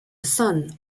son